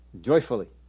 joyfully